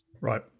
Right